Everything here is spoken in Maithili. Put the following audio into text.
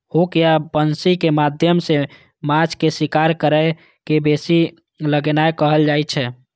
हुक या बंसी के माध्यम सं माछ के शिकार करै के बंसी लगेनाय कहल जाइ छै